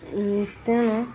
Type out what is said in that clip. ତେଣୁ